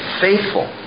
faithful